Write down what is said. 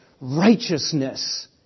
righteousness